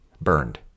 burned